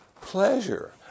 Pleasure